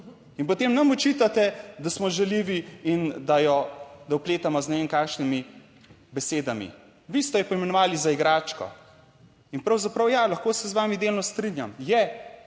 in potem nam očitate, da smo žaljivi in da jo da vpletamo z ne vem kakšnimi besedami. Vi ste jo poimenovali za igračko. Pravzaprav ja, lahko se z vami delno strinjam, je